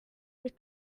mit